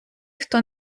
хто